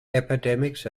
epidemics